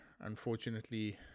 unfortunately